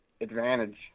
advantage